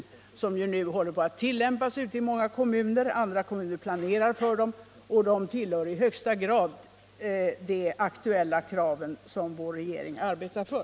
Detta håller nu på att tillämpas ute i många kommuner, och andra kommuner planerar för det. Det tillhör i högsta grad de aktuella krav som vår regering arbetar för.